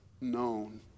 known